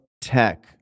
tech